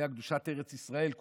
הייתה קדושת ארץ ישראל,